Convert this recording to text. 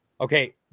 Okay